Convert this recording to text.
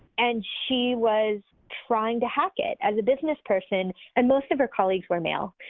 and she was trying to hack it as a business person and most of her colleagues were male.